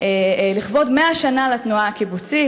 לכבוד 100 שנה לתנועה הקיבוצית.